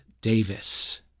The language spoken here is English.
Davis